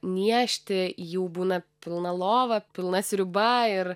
niežti jų būna pilna lova pilna sriuba ir